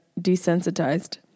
desensitized